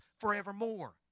forevermore